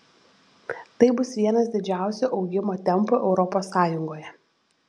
tai bus vienas didžiausių augimo tempų europos sąjungoje